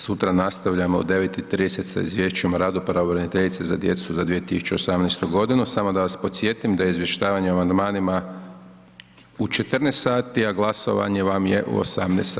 Sutra nastavljamo u 9,30 sati sa Izvješćem o radu Pravobraniteljice za djecu za 2018. g. Samo da vas podsjetim, da je izvještavanje o amandmanima u 14,00 sati, a glasovanje vam je u 18,